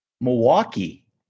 Milwaukee